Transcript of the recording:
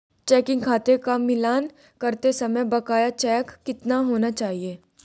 Checking खाते का मिलान करते समय बकाया चेक कितने होने चाहिए?